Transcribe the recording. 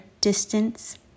distance